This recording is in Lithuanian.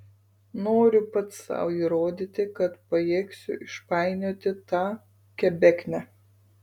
noriu pats sau įrodyti kad pajėgsiu išpainioti tą kebeknę